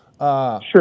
Sure